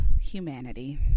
humanity